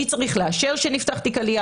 מי צריך לאשר שנפתח תיק עלייה.